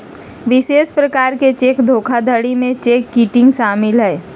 विशेष प्रकार के चेक धोखाधड़ी में चेक किटिंग शामिल हइ